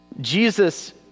Jesus